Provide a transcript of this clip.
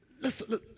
listen